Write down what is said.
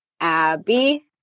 Abby